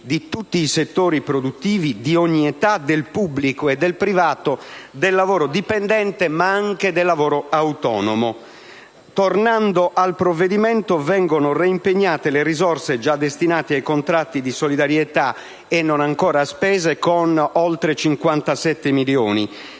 di tutti i settori produttivi, di ogni età, del pubblico e del privato, del lavoro dipendente ma anche del lavoro autonomo. Tornando al provvedimento, vengono reimpegnate le risorse già destinate ai contratti di solidarietà e non ancora spese, con oltre 57 milioni;